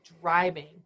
driving